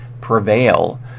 prevail